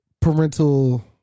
parental